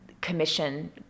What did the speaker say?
commission